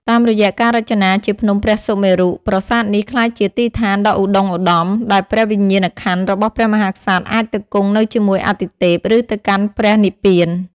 តាមរយៈការរចនាជាភ្នំព្រះសុមេរុ ប្រាសាទនេះក្លាយជាទីឋានដ៏ឧត្ដុង្គឧត្ដម ដែលព្រះវិញ្ញាណក្ខន្ធរបស់ព្រះមហាក្សត្រអាចទៅគង់នៅជាមួយអាទិទេព ឬទៅកាន់ព្រះនិព្វាន។